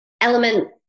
element